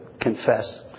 confess